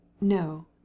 No